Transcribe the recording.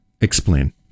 Explain